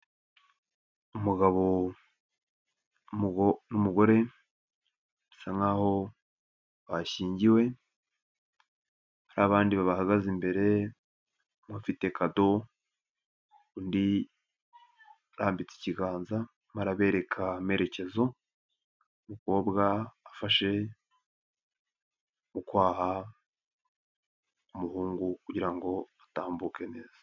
Umugabo n'umugore bisa nkaho bashyingiwe, hari abandi bahagaze imbere umwe afite kado, undi arambitse ikiganza, arimo arabereka amerekezo, umukobwa afashe mu kwaha umuhungu kugira ngo atambuke neza.